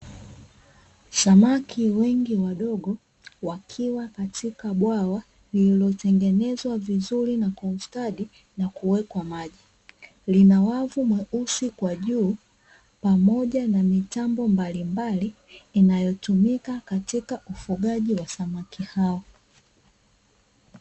Samaki wengi wadogo wakiwa katika bwawa lililotengenezwa vizuri na kwa ustadi na kuwekwa maji, lina wavu mweusi kwa juu pamoja na mitambo mbalimbali inayotumika katika ufugaji wa samaki hao.